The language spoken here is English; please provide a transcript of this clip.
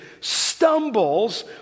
stumbles